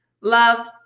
love